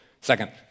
Second